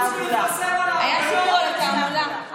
היה סיפור על התעמולה.